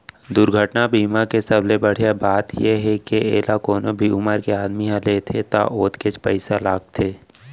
दुरघटना बीमा के सबले बड़िहा बात ए हे के एला कोनो भी उमर के आदमी ह लेथे त ओतकेच पइसा लागथे